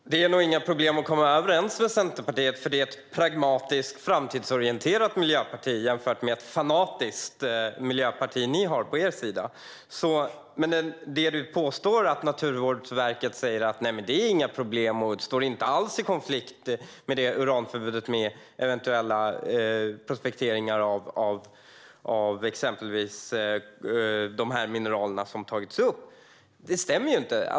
Herr talman! Det är nog inga problem att komma överens med Centerpartiet. Det är ett pragmatiskt, framtidsorienterat miljöparti om man jämför med det fanatiska miljöparti som ni har på er sida. Du påstår att Naturvårdsverket säger: Det är inga problem och det står inte alls i konflikt med uranförbudet vid eventuella prospekteringar av exempelvis de mineraler som har tagits upp. Det stämmer ju inte.